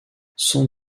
sans